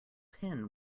pin